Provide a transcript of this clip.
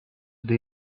the